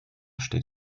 steht